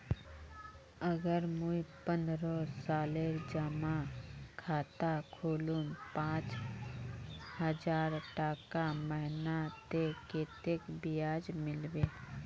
अगर मुई पन्द्रोह सालेर जमा खाता खोलूम पाँच हजारटका महीना ते कतेक ब्याज मिलबे?